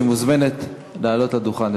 שמוזמנת לעלות לדוכן.